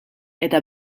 eta